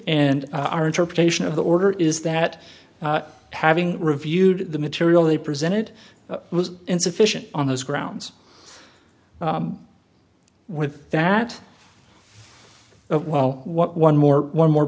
and our interpretation of the order is that having reviewed the material they presented was insufficient on those grounds with that of well what one more one more